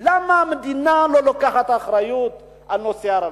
למה המדינה לא לוקחת אחריות על נושא הרווחה?